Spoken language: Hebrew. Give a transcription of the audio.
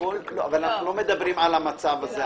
אנחנו לא מדברים על המצב הזה.